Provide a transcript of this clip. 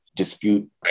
dispute